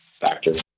factors